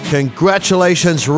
Congratulations